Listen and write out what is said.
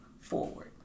forward